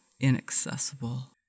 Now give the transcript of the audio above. inaccessible